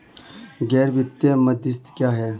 गैर वित्तीय मध्यस्थ क्या हैं?